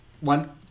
One